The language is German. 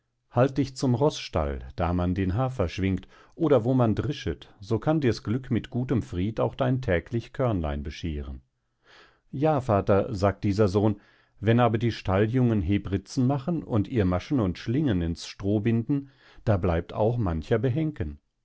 halt dich zum roßstall da man den haber schwingt oder wo man drischet so kann dirs glück mit gutem fried auch dein täglich körnlein bescheeren ja vater sagt dieser sohn wenn aber die stalljungen hebritzen machen und ihr maschen und schlingen ins stroh binden da bleibt auch mancher behenken